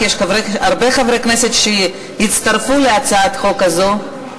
כי יש הרבה חברי כנסת שהצטרפו להצעת החוק הזו.